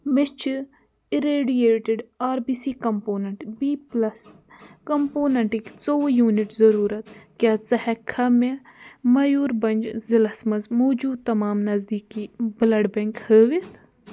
مےٚ چھِ irradiated R B C component B plus کمپوننٹٕکۍ ژوٚوُہ یوٗنِٹ ضروٗرت کیٛاہ ژٕ ہیٚکٕکھا مےٚ مَیوٗربَنٛج ضلعس مَنٛز موٗجوٗد تمام نٔزدیٖکی بُلڈ بینٛک ہٲوِتھ